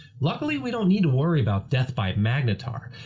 luckily, we don't need to worry about death by magnetar.